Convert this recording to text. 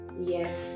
yes